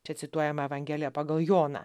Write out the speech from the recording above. čia cituojama evangelija pagal joną